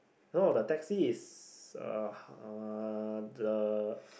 no the taxi is uh uh the